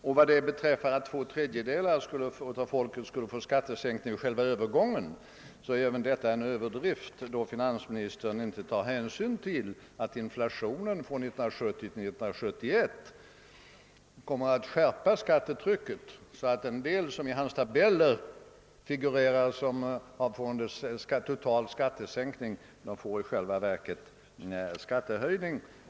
Även uppgiften att två tredjedelar av befolkningen skulle få skattesänkningar vid själva övergången är en överdrift, eftersom finansministern inte tar hänsyn till att inflationen från 1970 till 1971 kommer att skärpa skattetrycket, så att en del av dem, som enligt hans skattetabeller skulle få en total skattesänkning, i själva verket får en skattehöjning.